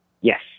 Yes